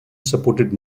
supported